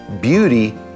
beauty